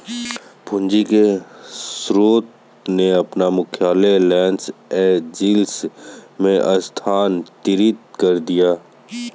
पूंजी के स्रोत ने अपना मुख्यालय लॉस एंजिल्स में स्थानांतरित कर दिया